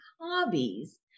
hobbies